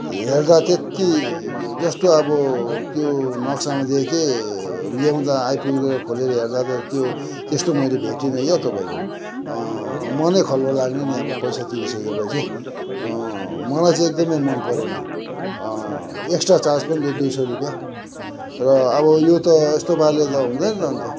हेर्दा त्यत्ति जस्तो अब त्यो नक्सामा देखेँ ल्याउँदा आइपुग्दा खोलेर हेर्दा त त्यो त्यस्तो मैले भेटिनँ क्या तपाईँको मनै खल्लो लाग्ने नि अब पैसा तिरिसक्योपछि मलाई चाहिँ एकदमै मनपरेन एक्स्ट्रा चार्ज पनि लियो दुई सौ रुपियाँ र अब यो त यस्तो पाराले त हुँदैन न त अन्त